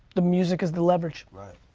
the music is the leverage. right.